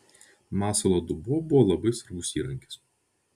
masalo dubuo buvo labai svarbus įrankis